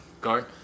Guard